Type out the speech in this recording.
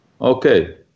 Okay